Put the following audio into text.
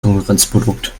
konkurrenzprodukt